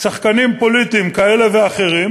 שחקנים פוליטיים כאלה ואחרים